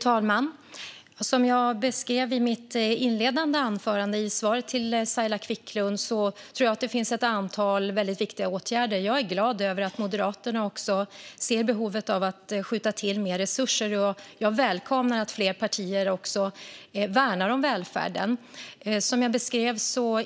Fru talman! Som jag beskrev i mitt interpellationssvar till Saila Quicklund tror jag att det finns ett antal väldigt viktiga åtgärder. Jag är glad att Moderaterna ser behovet av att skjuta till mer resurser. Jag välkomnar att fler partier värnar om välfärden. Som jag beskrev